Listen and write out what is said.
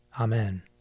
Amen